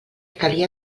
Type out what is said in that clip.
calia